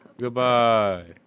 Goodbye